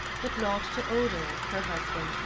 but not to odur, her husband,